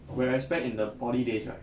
whereas back in the poly days right